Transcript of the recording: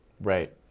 Right